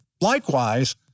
Likewise